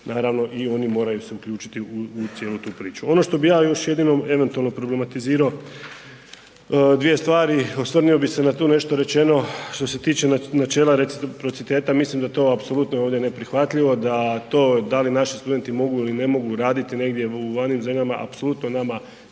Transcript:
naravno i oni moraju se uključiti u, u cijelu tu priču. Ono što bi ja još jedino eventualno problematizirao dvije stvari, osvrnio bi se na tu nešto rečeno što se tiče načela reciprociteta, mislim da to apsolutno je ovdje neprihvatljivo, da to da li naši studenti mogu ili ne mogu raditi negdje u …/Govornik se ne razumije/… zemljama apsolutno nama ne